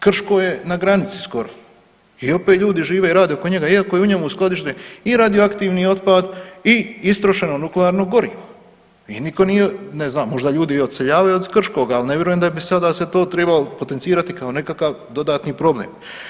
Krško je na granici skoro i opet ljudi žive i rade oko njega iako je u njemu i skladište radioaktivni otpad i istrošeno nuklearno gorivo i nitko nije, ne znam, možda ljudi odseljavaju od Krškoga, ali ne vjerujem da bi sada se to trebalo potencirati kao nekakav dodatni problem.